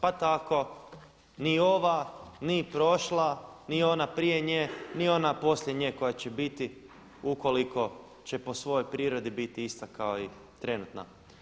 Pa tako ni ova, ni prošla, ni ona prije nje, ni ona poslije nje koja će biti ukoliko će po svojoj prirodi biti ista kako i trenutna.